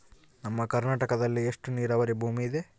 ನಮ್ಮ ಕರ್ನಾಟಕದಲ್ಲಿ ಎಷ್ಟು ನೇರಾವರಿ ಭೂಮಿ ಇದೆ?